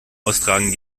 austragen